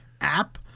app